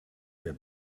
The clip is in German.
wer